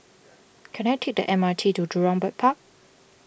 can I take the M R T to Jurong Bird Park